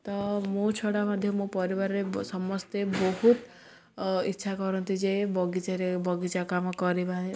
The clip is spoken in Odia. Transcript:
ତ ମୋ ଛଡ଼ା ମଧ୍ୟ ମୋ ପରିବାରରେ ସମସ୍ତେ ବହୁତ ଇଚ୍ଛା କରନ୍ତି ଯେ ବଗିଚାରେ ବଗିଚା କାମ କରିବା